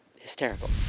hysterical